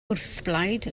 wrthblaid